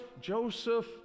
Joseph